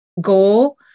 goal